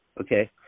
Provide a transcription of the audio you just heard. okay